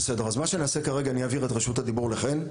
מה שאני אעשה כרגע זה שאני אעביר רשות הדיבור לחן,